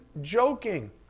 joking